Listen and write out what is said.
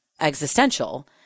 existential